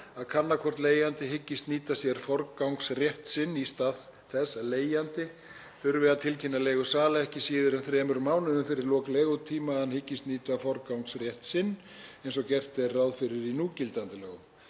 að kanna hvort leigjandi hyggist nýta sér forgangsrétt sinn í stað þess að leigjandi þurfi að tilkynna leigusala ekki síður en þremur mánum fyrir lok leigutíma að hann hyggist nýta forgangsrétt sinn, eins og gert er ráð fyrir í núgildandi lögum.